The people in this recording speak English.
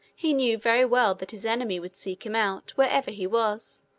he knew very well that his enemy would seek him out, wherever he was,